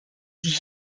die